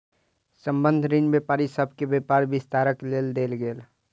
संबंद्ध ऋण व्यापारी सभ के व्यापार विस्तारक लेल देल गेल